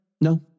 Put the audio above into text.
No